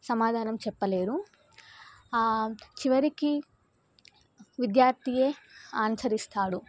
సమాధానం చెప్పలేరు చివరికి విద్యార్థియే ఆన్సర్ ఇస్తాడు